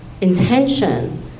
intention